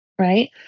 right